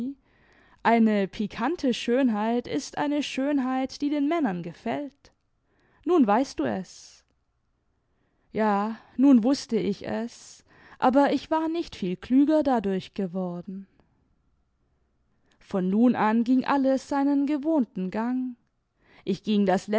eine pikante schönheit ist eine schönheit die den männern gefällt nun weißt du es ja nim wußte ich es aber ich war nicht viel klüger dadurch geworden von nun an ging alles seinen gewohnten gang ich ging das